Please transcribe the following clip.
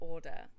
Order